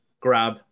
Grab